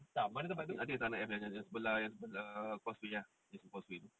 yang sebelah causeway ah just the causeway tu